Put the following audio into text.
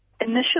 initially